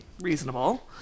reasonable